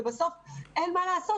ואין מה לעשות,